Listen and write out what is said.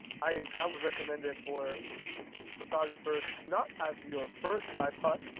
i i would recommend it for photographers, not as your first tripod,